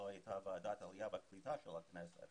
לא הייתה ועדת העלייה והקליטה של הכנסת